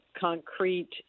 concrete